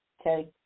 Okay